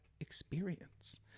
experience